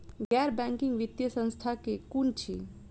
गैर बैंकिंग वित्तीय संस्था केँ कुन अछि?